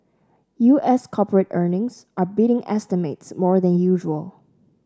U S corporate earnings are beating estimates more than usual